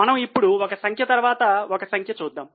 మనము ఇప్పుడు ఒక సంఖ్య తర్వాత ఒక సంఖ్య చూద్దాం